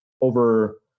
over